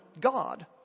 God